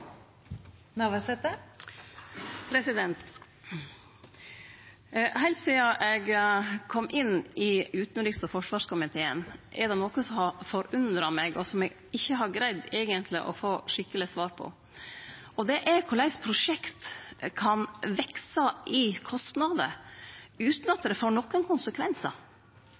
det noko som har forundra meg, og som eg eigentleg ikkje har greidd å få skikkeleg svar på, og det er korleis prosjekt kan vekse i kostnader utan at det får konsekvensar.